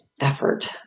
effort